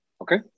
Okay